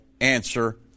answer